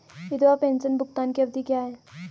विधवा पेंशन भुगतान की अवधि क्या है?